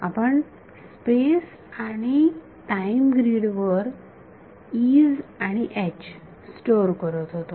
आपण स्पेस आणि time grid वर E's आणि H स्टोअर करत होतो